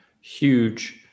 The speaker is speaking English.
huge